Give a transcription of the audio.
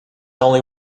only